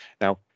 now